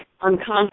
unconscious